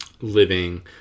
living